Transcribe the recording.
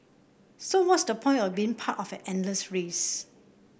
so what's the point of being part of an endless race